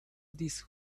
these